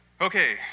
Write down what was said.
Okay